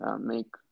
make